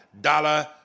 dollar